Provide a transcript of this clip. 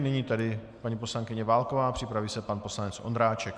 Nyní tedy paní poslankyně Válková, připraví se pan poslanec Ondráček.